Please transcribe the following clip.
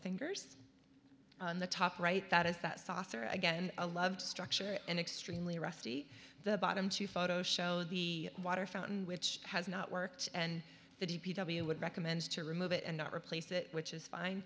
fingers on the top right that is that saucer again a lot of structure and extremely rusty the bottom two photos show the water fountain which has not worked and that he recommends to remove it and not replace it which is fine